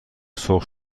سرخ